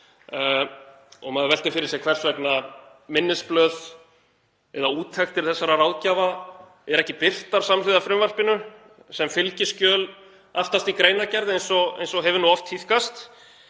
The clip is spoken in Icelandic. Maður veltir fyrir sér hvers vegna minnisblöð eða úttektir þessara ráðgjafa eru ekki birtar samhliða frumvarpinu sem fylgiskjöl aftast í greinargerð eins og hefur oft tíðkast.